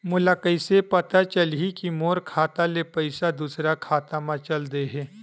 मोला कइसे पता चलही कि मोर खाता ले पईसा दूसरा खाता मा चल देहे?